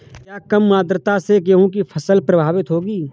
क्या कम आर्द्रता से गेहूँ की फसल प्रभावित होगी?